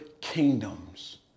kingdoms